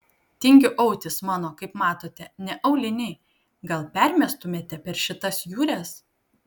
tingiu autis mano kaip matote ne auliniai gal permestumėte per šitas jūres